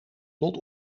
tot